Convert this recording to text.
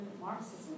Marxism